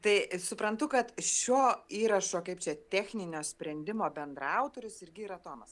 tai suprantu kad šio įrašo kaip čia techninio sprendimo bendraautorius irgi yra tomas